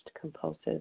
compulsive